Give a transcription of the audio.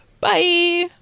bye